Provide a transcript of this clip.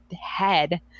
head